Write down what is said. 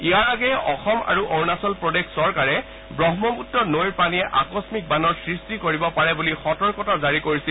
ইয়াৰ আগেয়ে অসম আৰু অৰুণাচল প্ৰদেশ চৰকাৰে ব্ৰহ্মপুত্ৰ নৈৰ পানীয়ে আকম্মিক বানৰ সৃষ্টি কৰিব পাৰে বুলি সতৰ্কতা জাৰি কৰিছিল